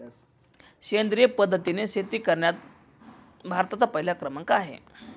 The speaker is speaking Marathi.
सेंद्रिय पद्धतीने शेती करण्यात भारताचा पहिला क्रमांक आहे